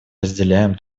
разделяем